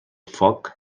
foc